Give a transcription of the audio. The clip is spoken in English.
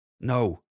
No